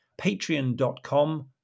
patreon.com